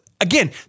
Again